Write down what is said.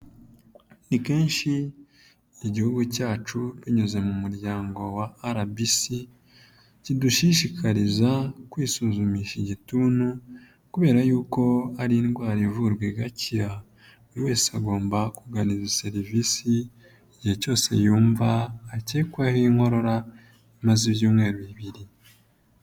Ni kenshi igihugu cyacu binyuze mu muryango wa RBC kidushishikariza kwisuzumisha igituntu, kubera yuko ari indwara ivurwa igakira. Buri wese agomba kugana izi serivisi igihe cyose yumva akekwaho inkorora imaze ibyumweru bibiri.